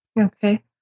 Okay